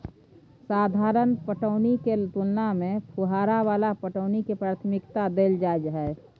साधारण पटौनी के तुलना में फुहारा वाला पटौनी के प्राथमिकता दैल जाय हय